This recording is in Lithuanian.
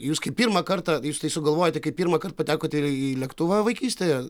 jūs kaip pirmą kartą jūs tai sugalvojote kai pirmąkart patekote į lėktuvą vaikystėje